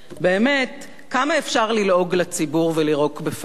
באמת, כמה אפשר ללעוג לציבור ולירוק בפניו?